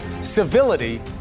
civility